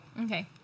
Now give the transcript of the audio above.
Okay